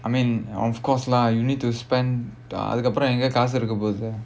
I mean of course lah you need to spend uh அதுக்கு அப்புறம் எங்க காசு இருக்க போகுது:adhukku appuram enga kaasu irukka poguthu